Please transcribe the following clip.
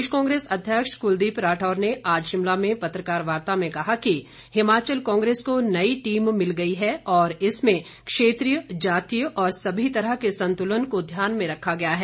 प्रदेश कांग्रेस अध्यक्ष कुलदीप राठौर ने आज शिमला में पत्रकार वार्ता में कहा कि हिमाचल कांग्रेस को नई टीम मिल गई है और इसमें क्षेत्रीय जातीय और सभी तरह के संतुलन को ध्यान में रखा गया है